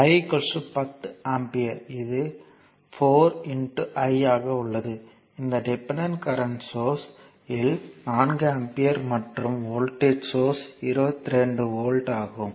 I 10 ampere இது 4 I ஆக உள்ளது இந்த டிபெண்டன்ட் கரண்ட் சோர்ஸ் இல் 4 ஆம்பியர் மற்றும் வோல்ட்டேஜ் 22 வோல்ட் ஆகும்